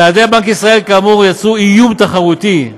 צעדי בנק ישראל כאמור יצרו איום תחרותי,